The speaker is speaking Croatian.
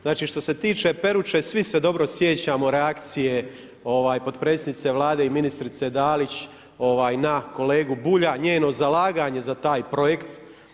Znači što se tiče Peruće, svi se odbor sjećamo reakcije potpredsjednice Vlade i ministrice Dalić na kolegu Bulja, njeno zalaganje za taj projekt.